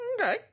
okay